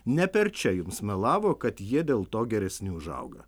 ne per čia jums melavo kad jie dėl to geresni užauga